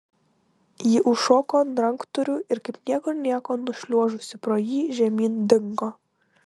ji užšoko ant ranktūrių ir kaip niekur nieko nušliuožusi pro jį žemyn dingo